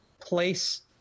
place